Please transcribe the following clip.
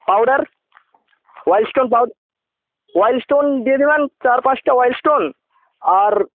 powder wild stone powder wild stone দিয়ে দেবেন চার পাঁচটা ওয়াইল্ড স্টোন আর